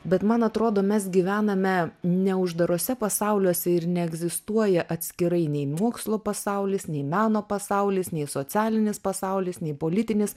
bet man atrodo mes gyvename ne uždaruose pasauliuose ir neegzistuoja atskirai nei mokslo pasaulis nei meno pasaulis nei socialinis pasaulis nei politinis